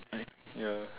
ya